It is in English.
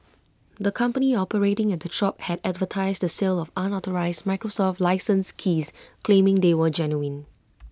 the company operating at the shop had advertised the sale of unauthorised Microsoft licence keys claiming they were genuine